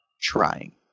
trying